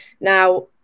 Now